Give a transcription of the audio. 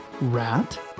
Rat